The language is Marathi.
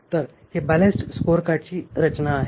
तर ही बॅलन्सड स्कोअरकार्डची रचना आहे